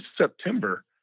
September